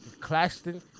Claxton